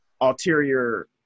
ulterior